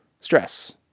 stress